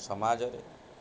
ସମାଜରେ